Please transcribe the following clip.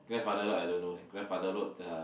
grandfather note I don't know leh grandfather note the